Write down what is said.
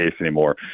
anymore